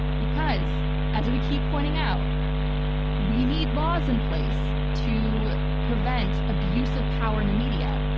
because as we keep pointing out we need laws in place to prevent abusive power in the media.